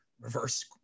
reverse